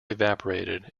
evaporated